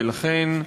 ולכן,